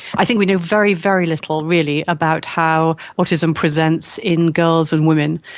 i think we know very, very little really about how autism presents in girls and women.